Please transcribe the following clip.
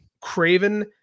Craven